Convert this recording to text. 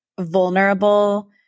vulnerable